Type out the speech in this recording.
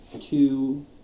two